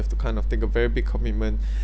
you have to kind of take a very big commitment